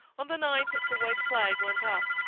on the ninth the white flag went up.